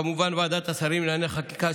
כמובן שוועדת השרים לענייני חקיקה,